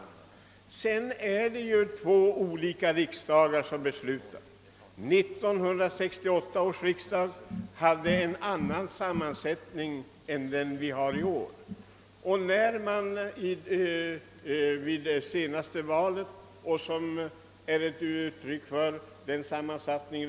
Det är ju två olika riksdagar som skall besluta i detta ärende, och 1968 års riksdag hade en annan sammansättning än årets, vilkens sammansättning är ett uttryck för folkviljan vid det se naste valet.